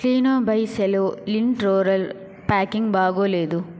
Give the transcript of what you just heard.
క్లీనో బై సెలో lint roller packing బాగోలేదు